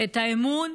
את האמון,